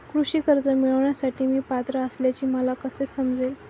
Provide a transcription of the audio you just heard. कृषी कर्ज मिळविण्यासाठी मी पात्र असल्याचे मला कसे समजेल?